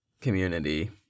community